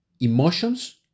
emotions